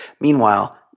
Meanwhile